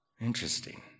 Interesting